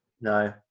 no